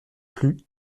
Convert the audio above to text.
plus